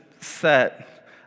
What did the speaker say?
set